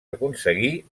aconseguir